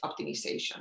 optimization